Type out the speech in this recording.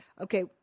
okay